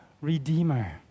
Redeemer